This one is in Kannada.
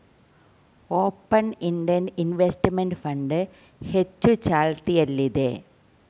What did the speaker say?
ಓಪನ್ ಇಂಡೆಡ್ ಇನ್ವೆಸ್ತ್ಮೆಂಟ್ ಫಂಡ್ ಹೆಚ್ಚು ಚಾಲ್ತಿಯಲ್ಲಿದೆ